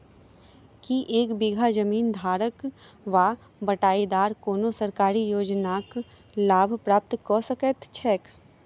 की एक बीघा जमीन धारक वा बटाईदार कोनों सरकारी योजनाक लाभ प्राप्त कऽ सकैत छैक?